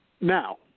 Now